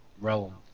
realm